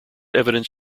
evidence